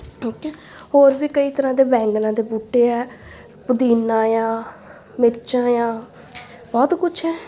ਠੀਕ ਹੈ ਹੋਰ ਵੀ ਕਈ ਤਰ੍ਹਾਂ ਦੇ ਬੈਂਗਣਾਂ ਦੇ ਬੂਟੇ ਹੈ ਪੁਦੀਨਾ ਆ ਮਿਰਚਾਂ ਆ ਬਹੁਤ ਕੁਛ ਹੈ